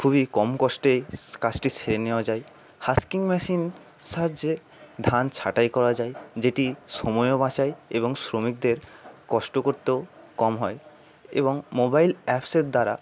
খুবই কম কষ্টে কাজটি সেরে নেওয়া যায় হাস্কিং মেশিন সাহায্যে ধান ছাটাই করা যায় যেটি সময়ও বাচায় এবং শ্রমিকদের কষ্ট করতেও কম হয় এবং মোবাইল অ্যাপসের দ্বারা